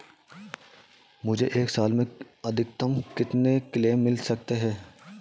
मुझे एक साल में अधिकतम कितने क्लेम मिल सकते हैं?